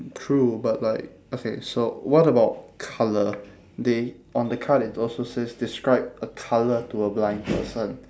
true but like okay so what about colour they on the card it also says describe a colour to a blind person